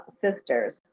Sisters